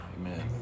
Amen